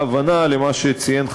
מדינת ישראל.